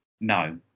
No